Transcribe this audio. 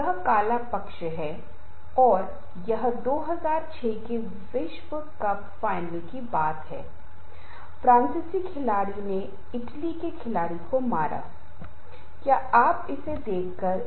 मेरा ध्यान यह होगा कि संचार कौशल के माध्यम से हम क्या रणनीति बनाते हैं ताकि हम परस्पर विरोधी स्थितियों को कम कर सकें और कैसे हम अपना काम कर सकें